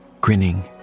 grinning